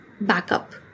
backup